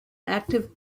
active